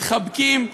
מתחבקים,